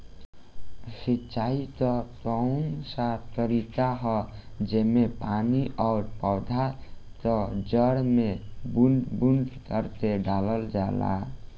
सिंचाई क कउन सा तरीका ह जेम्मे पानी और पौधा क जड़ में बूंद बूंद करके डालल जाला?